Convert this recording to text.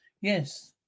Yes